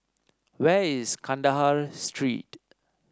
where is Kandahar Street